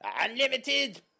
Unlimited